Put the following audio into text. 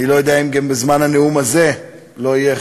אני לא יודע אם גם בזמן הנאום הזה לא יהיה,